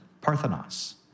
Parthenos